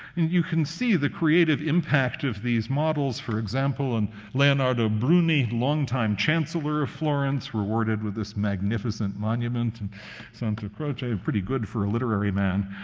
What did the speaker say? you can see the creative impact of these models, for example, in leonardo bruni, long-time chancellor of florence rewarded with this magnificent monument in santa croce, pretty good for a literary man